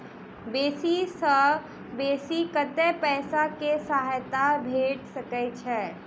बेसी सऽ बेसी कतै पैसा केँ सहायता भऽ सकय छै?